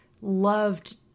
loved